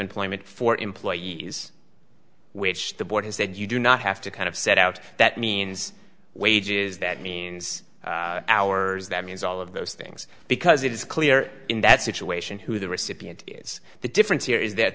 employment for employees which the board has said you do not have to kind of set out that means wages that means hours that means all of those things because it is clear in that situation who the recipient is the difference here is that